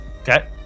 Okay